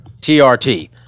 TRT